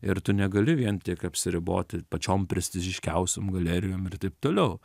ir tu negali vien tik apsiriboti pačiom prestižiškiausiom galerijom ir taip toliau